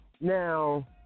Now